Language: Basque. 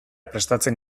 prestatzen